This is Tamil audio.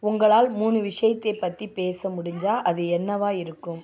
உங்களால் மூணு விஷயத்தை பற்றி பேச முடிஞ்சா அது என்னவாக இருக்கும்